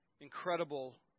Incredible